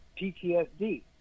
PTSD